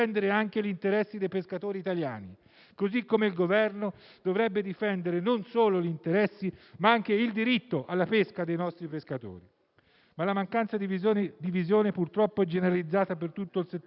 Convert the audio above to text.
dei pescatori italiani. Allo stesso modo, il Governo dovrebbe difendere non solo gli interessi ma anche il diritto alla pesca dei nostri pescatori. Tuttavia la mancanza di visione purtroppo è generalizzata per tutto il settore agricolo.